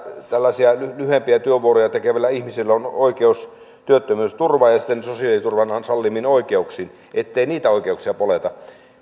lyhyempiä työvuoroja tekevällä ihmisellä on oikeus työttömyysturvaan ja siten sosiaaliturvan sallimiin oikeuksiin ettei niitä oikeuksia poljeta